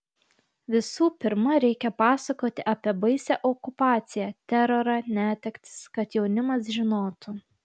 visų pirma reikia pasakoti apie baisią okupaciją terorą netektis kad jaunimas žinotų